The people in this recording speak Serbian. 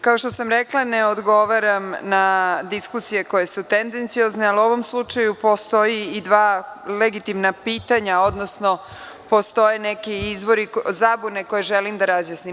Kao što sam rekla, ne odgovaram na diskusije koje su tendenciozne, ali u ovom slučaju postoje i dva legitimna pitanja, odnosno postoje neki izvori zabune koje želim da razjasnim.